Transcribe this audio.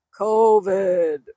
COVID